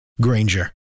Granger